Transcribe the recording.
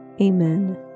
Amen